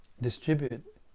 distribute